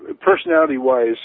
personality-wise